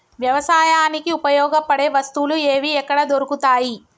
వ్యవసాయానికి ఉపయోగపడే వస్తువులు ఏవి ఎక్కడ దొరుకుతాయి?